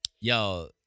Yo